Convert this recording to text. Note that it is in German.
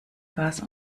gas